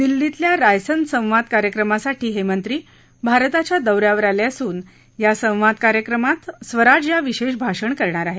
दिल्लीतल्या रायसन संवाद कार्यक्रमासाठी हे मंत्री भारताच्या दौ यावर आले असून या संवाद कार्यक्रमात सुषमा स्वराज या विशेष भाषण करणार आहेत